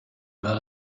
well